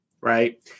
right